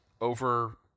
over